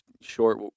short